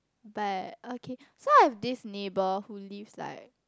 but okay so I have this neighbor who lives like